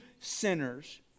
sinners